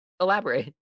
elaborate